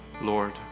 Lord